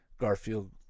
Garfield